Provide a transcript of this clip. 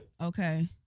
Okay